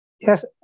Yes